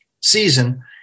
season